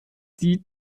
die